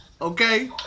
Okay